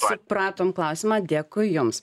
supratom klausimą dėkui jums